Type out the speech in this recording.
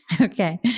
Okay